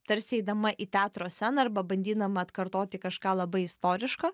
tarsi eidama į teatro sceną arba bandydama atkartoti kažką labai istoriško